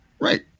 Right